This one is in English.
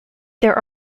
there